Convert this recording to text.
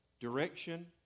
direction